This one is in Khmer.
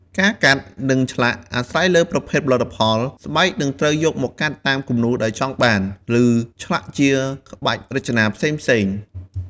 ការកាត់ និងឆ្លាក់ អាស្រ័យលើប្រភេទផលិតផល ស្បែកនឹងត្រូវបានកាត់តាមគំរូដែលចង់បាន ឬឆ្លាក់ជាក្បាច់រចនាផ្សេងៗ។